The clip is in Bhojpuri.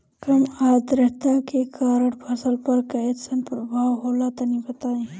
कम आद्रता के कारण फसल पर कैसन प्रभाव होला तनी बताई?